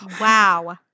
Wow